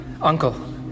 Uncle